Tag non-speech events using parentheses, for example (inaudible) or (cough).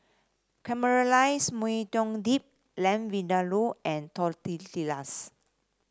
Caramelized Maui (unintelligible) Dip Lamb Vindaloo and Tortillas